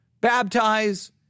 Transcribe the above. baptize